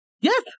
Yes